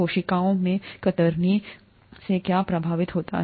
कोशिकाओं में कतरनी से क्या प्रभावित होता है